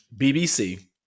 BBC